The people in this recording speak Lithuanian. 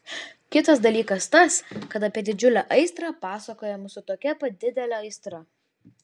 kitas dalykas tas kad apie didžiulę aistrą pasakojama su tokia pat didele aistra